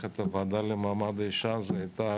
את הוועדה למעמד האישה?" ובסוף זו הייתה